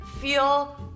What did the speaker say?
feel